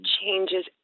changes